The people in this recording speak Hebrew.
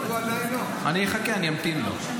--- אני אחכה, אני אמתין לו.